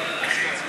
שיש לך בסיעה,